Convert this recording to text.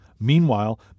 Meanwhile